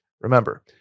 remember